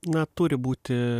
na turi būti